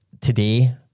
today